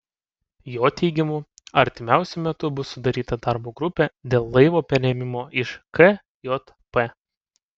jo teigimu artimiausiu metu bus sudaryta darbo grupė dėl laivo perėmimo iš kjp